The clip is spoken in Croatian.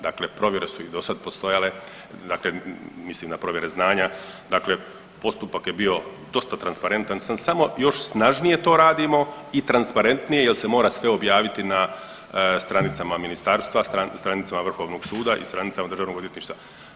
Dakle, provjere su i do sad postojale, dakle mislim na provjere znanja, dakle postupak je bio dosta transparentan, sad samo još snažnije to radimo i transparentnije jel se mora sve objaviti na stranicama ministarstva, stranicama vrhovnog suda i stranicama državnog odvjetništva.